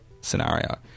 scenario